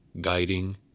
guiding